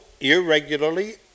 irregularly